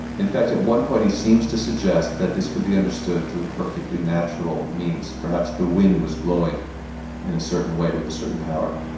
in fact, at one point he seems to suggest that this could be understood through a perfectly natural means. perhaps the wind was blowing in a certain way with a certain power.